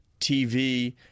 TV